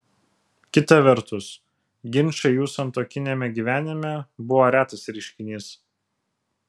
kita vertus ginčai jų santuokiniame gyvenime buvo retas reiškinys